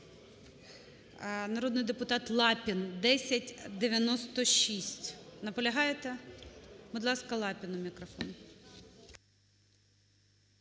народний депутат Лапін 1096. Наполягаєте? Будь ласка, Лапіну мікрофон.